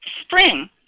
spring